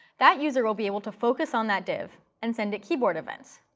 that user will be able to focus on that div and send it keyboard events.